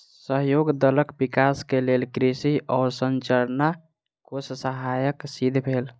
सहयोग दलक विकास के लेल कृषि अवसंरचना कोष सहायक सिद्ध भेल